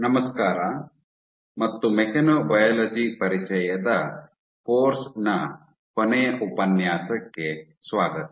ನಮಸ್ಕಾರ ಮತ್ತು ಮೆಕ್ಯಾನೊಬಯಾಲಜಿ ಪರಿಚಯದ ಕೋರ್ಸ್ ನ ಕೊನೆಯ ಉಪನ್ಯಾಸಕ್ಕೆ ಸ್ವಾಗತ